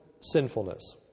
sinfulness